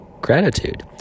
gratitude